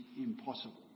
impossible